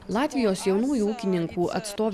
latvijos jaunųjų ūkininkų atstovė